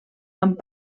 amb